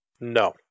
No